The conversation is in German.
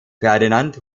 ferdinand